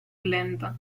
lenta